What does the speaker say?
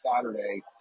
Saturday